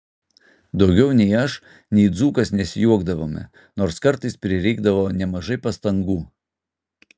daugiau nei aš nei dzūkas nesijuokdavome nors kartais prireikdavo nemažai pastangų